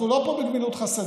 אנחנו לא פה בגמילות חסדים,